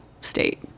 state